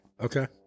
Okay